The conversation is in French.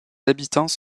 habitants